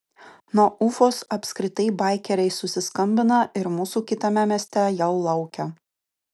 nuo ufos apskritai baikeriai susiskambina ir mūsų kitame mieste jau laukia